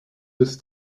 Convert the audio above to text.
des